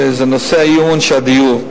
האי-אמון בעניין הדיור.